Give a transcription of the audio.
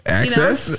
access